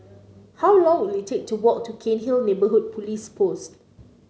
how long will it take to walk to Cairnhill Neighbourhood Police Post